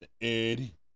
Eddie